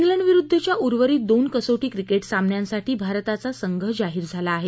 ्लंडविरुद्धच्या उर्वरित दोन कसोटी क्रिकेट सामन्यांसाठी भारताचा संघ जाहीर झाला आहे